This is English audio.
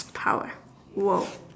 power !wah!